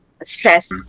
stress